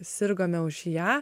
sirgome už ją